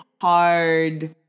hard